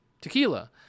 tequila